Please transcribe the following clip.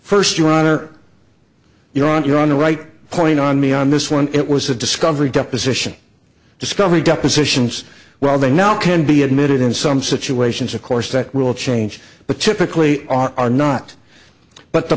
first your honor you're on you're on the right point on me on this one it was a discovery deposition discovery depositions where they now can be admitted in some situations of course that will change but typically are not but the